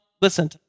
listen